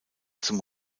zum